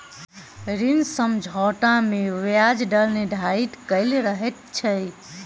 ऋण समझौता मे ब्याज दर निर्धारित कयल रहैत छै